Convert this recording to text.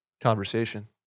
conversation